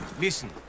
listen